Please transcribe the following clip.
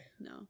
No